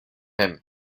him